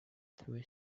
through